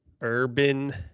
Urban